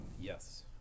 Yes